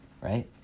right